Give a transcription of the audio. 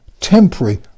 temporary